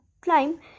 climb